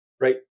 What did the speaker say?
right